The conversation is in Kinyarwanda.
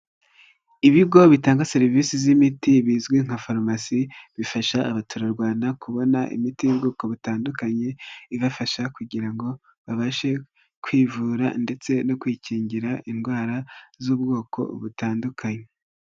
Ibigo bitanga serivisi z'imiti bizwi nka farumasi, bifasha abaturarwanda kubona imiti y'ubwoko butandukanye, ibafasha kugira ngo babashe kwivura ndetse no kwikingira indwara z'ubwoko butandukanye.